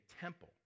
temple